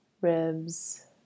ribs